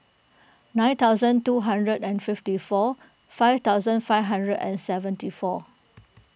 nine thousand two hundred and fifty four five thousand five hundred and seventy four